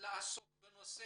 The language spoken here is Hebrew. לעסוק בנושא,